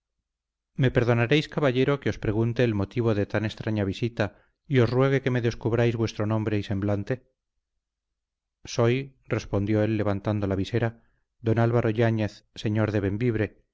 me perdonaréis caballero que os pregunte el motivo de tan extraña visita y os ruegue que me descubráis vuestro nombre y semblante soy respondió él levantando la visera don álvaro yáñez señor de